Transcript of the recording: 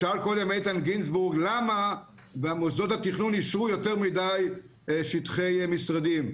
איתן גינזבורג שאל קודם למה במוסדות התכנון אישרו יותר מדי שטחי משרדים.